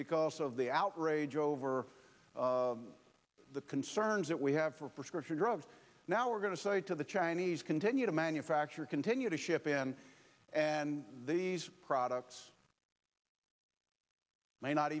because of the outrage over the concerns that we have for prescription drugs now we're going to say to the chinese continue to manufacture continue to ship in and these products may not